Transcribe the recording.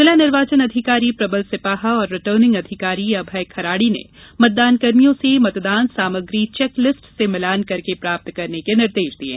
ज़िला निर्वाचन अधिकारी प्रबल सिपाहा और रिटर्निंग अधिकारी अभय खराड़ी ने मतदानकर्मियों से मतदान सामग्री चेकलिस्ट से मिलान करके प्राप्त करने के निर्देश दिये